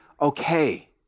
okay